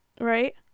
Right